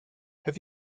have